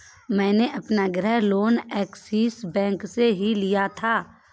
मैंने अपना गृह लोन ऐक्सिस बैंक से ही लिया था